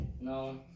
No